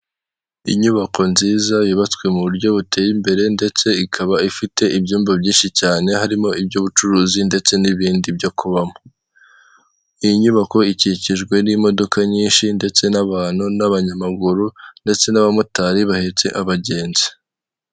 Inyubako nziza yubatswe mu buryo buteye imbere ndetse ikaba ifite ibyumba byinshi cyane harimo iby'ubucuruzi ndetse n'ibindi byo kubamo, inyubako ikikijwe n'imodoka nyinshi ndetse n'abantu, n'abanyamaguru ndetse n'abamotari bahetse abagenzi .